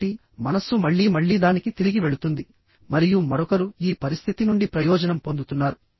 కాబట్టి మనస్సు మళ్లీ మళ్లీ దానికి తిరిగి వెళుతుంది మరియు మరొకరు ఈ పరిస్థితి నుండి ప్రయోజనం పొందుతున్నారు